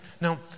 No